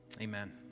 Amen